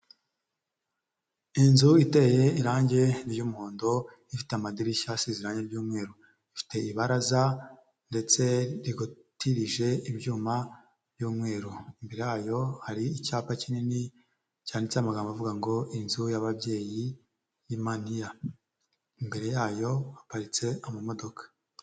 Inzu iteye irangi ry'umuhondo, ifite amadirishya asezeranye ry'umweru, ifite ibaraza ndetse rikotirije ibyuma by'umweru, imbere yayo hari icyapa kinini cyanditse amagambo avuga ngo inzu y'ababyeyi yimaniya, imbere yayo haparitse amamodoka.